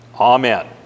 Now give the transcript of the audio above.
Amen